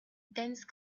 dense